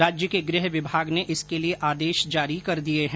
राज्य के गृह विभाग ने इसके लिए आदेश जारी कर दिए है